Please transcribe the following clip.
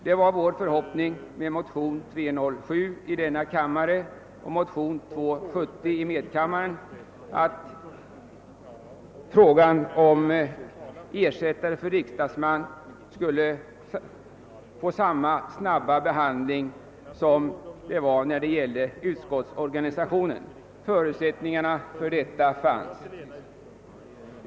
Det var vår förhoppning med motion II: 307 och motion I: 270 att frågan om ersättare för riksdagsman skulle få samma snabba behandling som förslaget om utskottsorganisationen fick. Förutsättningarna för detta fanns.